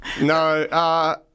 No